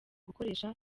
gukoresha